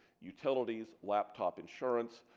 utilities laptop insurance,